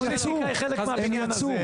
הם יצאו,